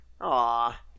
Aw